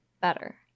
better